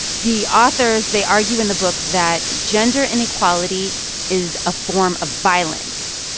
the authors, they argue in the book that gender inequality is a form of violence.